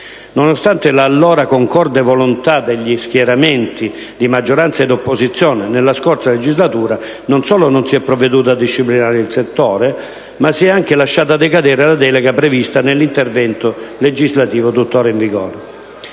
Nonostante la allora concorde volontà degli schieramenti di maggioranza ed opposizione, nella scorsa legislatura non solo non si è provveduto a disciplinare il settore, ma si è anche lasciata decadere la delega prevista nell'intervento legislativo tutt'ora in vigore.